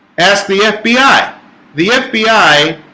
ask the fbi the fbi